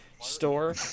store